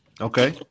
Okay